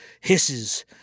hisses